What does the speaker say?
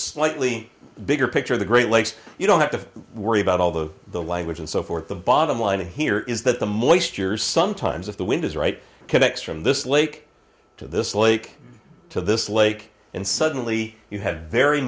slightly bigger picture of the great lakes you don't have to worry about although the language and so forth the bottom line here is that the moisture is sometimes if the wind is right connects from this lake to this lake to this lake and suddenly you have very